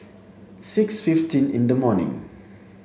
six fifteen in the morning